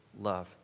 love